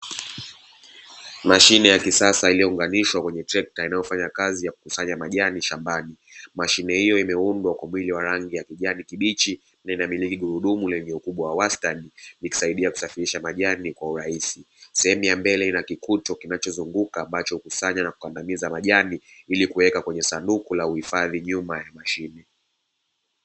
Mashine ya kisasa iliyounganishwa kwenye trekta inayofanya kazi yakukusanya majni shambani. Mashine hio imeundwa kwa mwili wa rangi ya kijani kibichi na inamiliki gurudumu lenye ukubwa wa wastani likisaidia kusafirisha majani kwa urahisi. Sehemu ya mbele ina kikuto kinachozunguka ambacho hukusanya na kukundamiza majani ilikuweka kwenye sanduku la uhifadhi nyuma ya mashine.